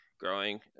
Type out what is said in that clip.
Growing